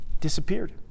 Disappeared